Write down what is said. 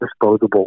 disposable